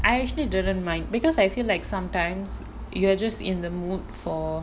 I actually didn't mind because I feel like sometimes you are just in the mood for